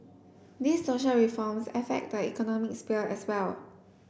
these social reforms affect the economic sphere as well